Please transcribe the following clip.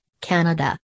Canada